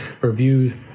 review